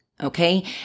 Okay